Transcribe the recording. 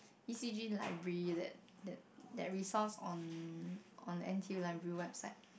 E_C_G library that that that resource on on N_T_U library website